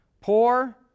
poor